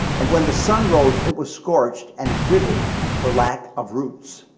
and when the sun rose it was scorched, and it withered for lack of roots.